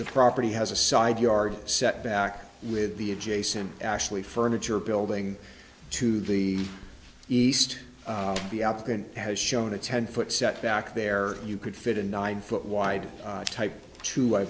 the property has a side yard setback with the adjacent actually furniture building to the east the applicant has shown a ten foot setback there you could fit in nine foot wide type two i